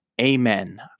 Amen